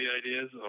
ideas